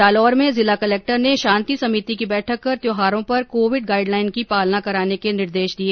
जालौर में जिला कलेक्टर ने शांति समिति की बैठक कर त्यौहारों पर कोविड गाइड लाइन की पालना कराने के निर्देश दिए